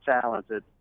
talented